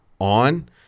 on